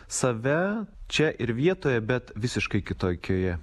save čia ir vietoje bet visiškai kitokioje